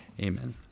Amen